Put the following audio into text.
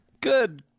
Good